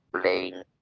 playing